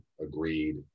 agreed